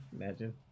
Imagine